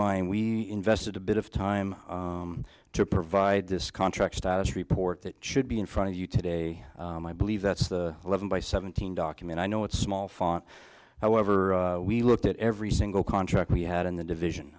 mind we invested a bit of time to provide this contract status report that should be in front of you today and i believe that's the eleven by seventeen document i know it's small font however we looked at every single contract we had in the